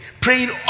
Praying